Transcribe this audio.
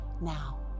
now